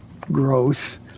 gross